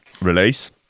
release